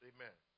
Amen